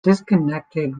disconnected